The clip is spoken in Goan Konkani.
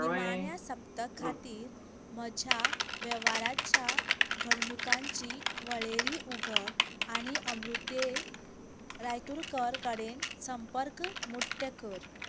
निमान्या सप्त खातीर म्हज्या वेव्हाराच्या घडणुकांची वळेरी उगड आनी अमृते रायतुरकर कडेन संपर्क मुट्त्य कर